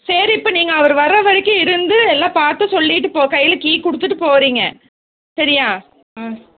சரி இப்போ நீங்கள் அவரு வர வரைக்கும் இருந்து எல்லா பார்த்து சொல்லிவிட்டு போ கையில் கீ கொடுத்துட்டு போறீங்க சரியா ம்